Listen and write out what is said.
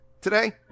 today